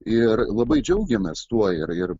ir labai džiaugiamės tuo ir ir